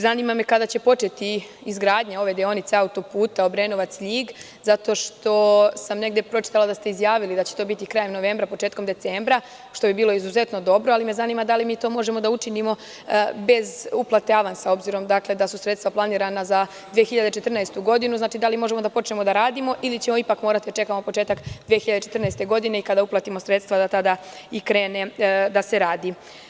Zanima me kada će početi izgradnja ove deonice auto puta Obrenovac – Ljig, zato što sam negde pročitala da ste izjavili da će to biti krajemnovembra, početkom decembra, što bi bilo izuzetno dobro, ali me naravno zanima da li mi to možemo da učinimo, bez uplate avansa, dakle, da su sredstva planirana za 2014. godinu, da li možemo da počnemo da radimo ili ćemo ipak morati da čekamo početak 2014. godine kada uplatimo sredstva, da tada i krene da se radi.